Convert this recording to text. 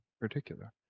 Particular